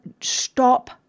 stop